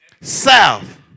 south